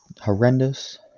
horrendous